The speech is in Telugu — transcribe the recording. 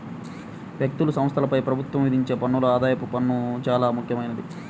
వ్యక్తులు, సంస్థలపై ప్రభుత్వం విధించే పన్నుల్లో ఆదాయపు పన్ను చానా ముఖ్యమైంది